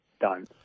done